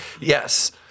Yes